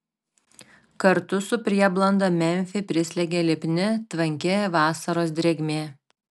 kartu su prieblanda memfį prislėgė lipni tvanki vasaros drėgmė